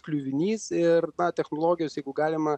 kliuvinys ir na technologijos jeigu galima